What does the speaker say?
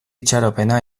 itxaropena